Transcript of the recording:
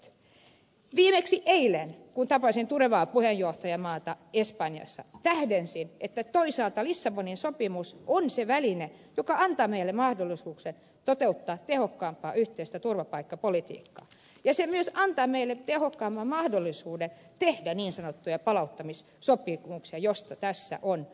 viimeksi eilen kun tapasin tulevaa puheenjohtajamaata espanjassa tähdensin että toisaalta lissabonin sopimus on se väline joka antaa meille mahdollisuuksia toteuttaa tehokkaampaa yhteistä turvapaikkapolitiikkaa ja se antaa meille myös tehokkaamman mahdollisuuden tehdä niin sanottuja palauttamissopimuksia joista tässä on puhuttu